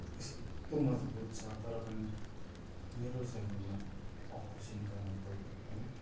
यस्तो मजबुत छ तर पनि मेरो शरीरमा अप्रेसन् गर्न पऱ्यो है